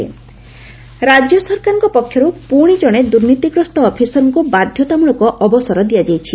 ବାଧ୍ୟତାମ୍ଳକ ଅବସର ରାଜ୍ୟ ସରକାରଙ୍କ ପକ୍ଷରୁ ପୁଶି ଜଣେ ଦୁର୍ନୀତିଗ୍ରସ୍ତ ଅଫିସରଙ୍କୁ ବାଧ୍ୟତାମ୍ଳକ ଅବସର ଦିଆଯାଇଛି